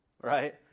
Right